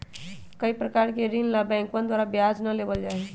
कई प्रकार के ऋण ला बैंकवन द्वारा ब्याज ना लेबल जाहई